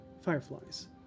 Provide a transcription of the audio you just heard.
fireflies